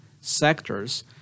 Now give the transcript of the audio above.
sectors